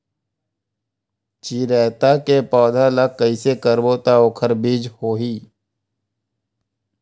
चिरैता के पौधा ल कइसे करबो त ओखर बीज होई?